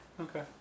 okay